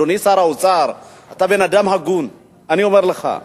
אדוני שר האוצר, אתה בן-אדם הגון, אני אומר לך,